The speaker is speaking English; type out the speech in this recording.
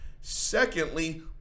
Secondly